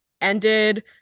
ended